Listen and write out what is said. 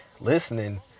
listening